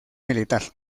militar